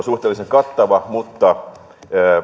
suhteellisen kattava mutta